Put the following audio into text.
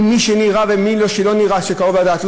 ממי שנראה וממי שלא נראה קרוב לדת,